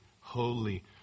holy